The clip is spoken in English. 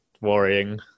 worrying